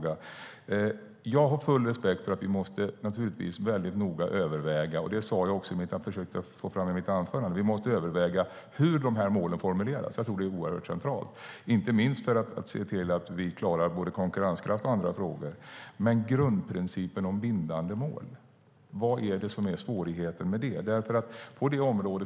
Jag har full respekt för att vi måste överväga väldigt noga hur de här målen formuleras. Det försökte jag också få fram i mitt anförande. Jag tror att det är oerhört centralt, inte minst för att se till att vi klarar konkurrenskraft och andra frågor. Men vad är svårigheten med grundprincipen om bindande mål?